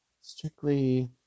strictly